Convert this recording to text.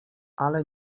ale